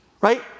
Right